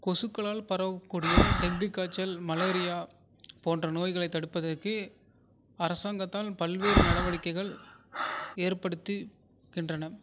கொசுக்களால் பரவக்கூடிய டெங்கு காய்ச்சல் மலேரியா போன்ற நோய்களை தடுப்பதற்கு அரசாங்கத்தால் பல்வேறு நடவடிக்கைகள் ஏற்படுத்துகின்றனர்